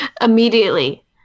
Immediately